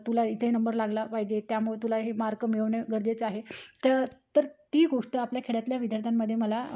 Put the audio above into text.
तुला इथे नंबर लागला पाहिजे त्यामुळे तुला हे मार्क मिळवणे गरजेचं आहे त तर ती गोष्ट आपल्या खेड्यातल्या विद्यार्थ्यांमध्ये मला